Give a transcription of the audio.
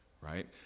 right